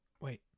wait